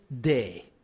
day